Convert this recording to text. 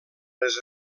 les